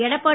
Edappadi